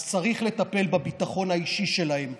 אז צריך לטפל בביטחון האישי שלהם.